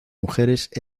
mujeres